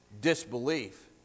disbelief